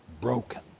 broken